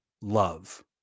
love